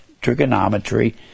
trigonometry